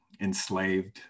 enslaved